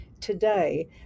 today